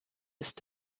ist